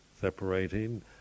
separating